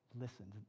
listened